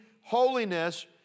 holiness